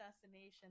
assassination